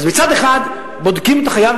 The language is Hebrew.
אז מצד אחד בודקים את החייב,